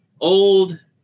old